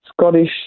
Scottish